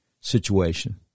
situation